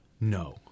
No